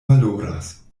valoras